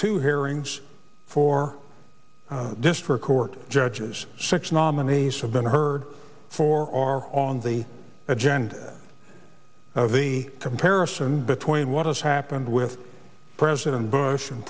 two hearings for district court judges six nominees have been heard four are on the agenda of the comparison between what has happened with president bush and